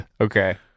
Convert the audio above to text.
Okay